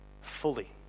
fully